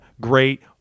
great